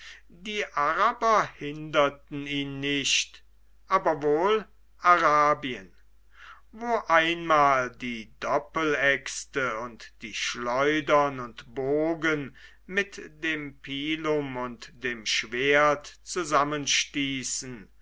die araber hinderten ihn nicht aber wohl arabien wo einmal die doppeläxte und die schleudern und bogen mit dem pilum und dem schwert zusammenstießen